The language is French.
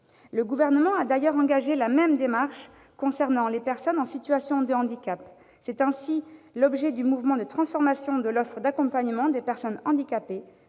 Le Gouvernement a d'ailleurs engagé la même démarche concernant les personnes en situation de handicap : c'est l'objet du mouvement de transformation de l'offre d'accompagnement des personnes handicapées